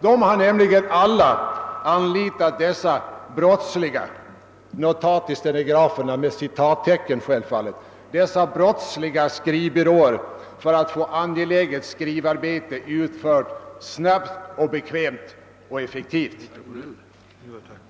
De har nämligen alla anlitat dessa »brotts liga« skrivbyråer för att få angeläget skrivarbete utfört snabbt, bekvämt och effektivt.